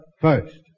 first